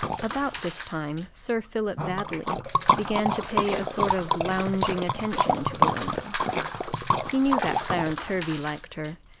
about this time sir philip baddely began to pay a sort of lounging attention to belinda he knew that clarence hervey liked her,